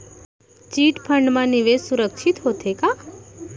Chit fund मा निवेश सुरक्षित होथे का?